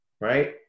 right